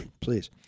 please